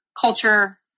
culture